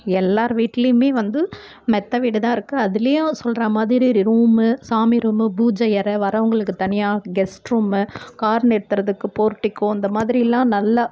எல்லார் வீட்லேயுமே வந்து மெத்த வீடு தான் இருக்குது அதுலேயும் சொல்கிறா மாதிரி ரூமு சாமி ரூமு பூஜை எற வர்றவங்களுக்கு தனியாக கெஸ்ட் ரூமு கார் நிறுத்துகிறதுக்கு போர்ட்டிகோ இந்தமாதிரிலாம் நல்லா